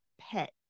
pet